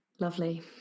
Lovely